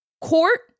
court